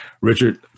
Richard